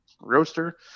roaster